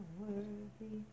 worthy